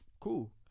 Cool